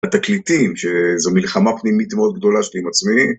התקליטים, שזו מלחמה פנימית מאוד גדולה שלי עם עצמי.